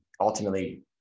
ultimately